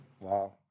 Wow